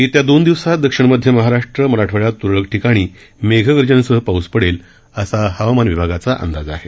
येत्या दोन दिवसात दक्षिण मध्य महाराष्ट्र मराठवाड्यात तुरळक ठिकाणी मेघगर्जनेसह पाऊस पडेल असा अंदाज आहे